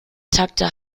takte